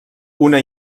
una